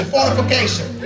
Fortification